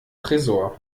tresor